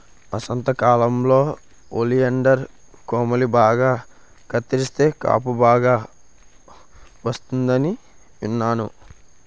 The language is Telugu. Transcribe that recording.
వసంతకాలంలో ఒలియండర్ కొమ్మలు బాగా కత్తిరిస్తే కాపు బాగా వస్తుందని విన్నాను